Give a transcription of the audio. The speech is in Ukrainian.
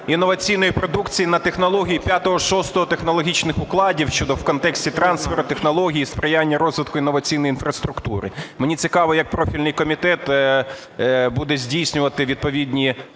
інноваційної продукції на технології 5, 6 технологічних укладів щодо в контексті трансферу технологій і сприяння розвитку інноваційної інфраструктури. Мені цікаво, як профільний комітет буде здійснювати відповідну